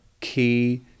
key